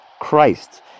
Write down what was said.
Christ